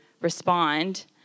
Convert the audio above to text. respond